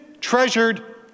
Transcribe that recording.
treasured